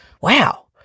wow